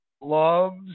loves